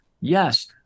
yes